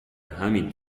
همین